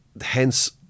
hence